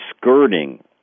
skirting